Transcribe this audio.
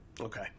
okay